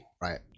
Right